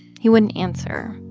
he wouldn't answer.